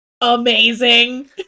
amazing